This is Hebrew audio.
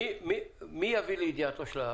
מי יביא לידיעתו?